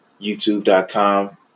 youtube.com